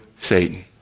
Satan